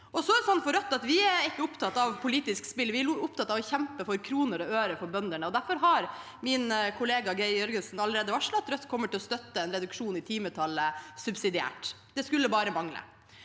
vil jeg si. Vi i Rødt er ikke opptatt av politisk spill, vi er opptatt av å kjempe for kroner og øre for bøndene, og derfor har min kollega Geir Jørgensen allerede varslet at Rødt subsidiært kommer til å støtte en reduksjon i timetallet. Det skulle bare mangle.